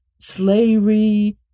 slavery